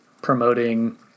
Promoting